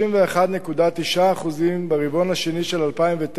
מ-61.9% ברבעון השני של 2009